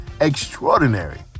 Extraordinary